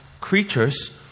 creatures